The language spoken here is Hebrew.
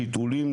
לחיתולים,